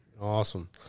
awesome